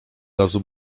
razu